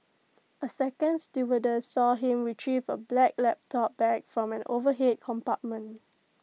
A second stewardess saw him Retrieve A black laptop bag from an overhead compartment